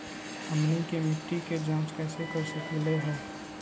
हमनी के मिट्टी के जाँच कैसे कर सकीले है?